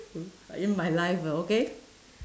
in my life ah okay